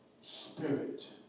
spirit